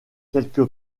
quelque